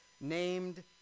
named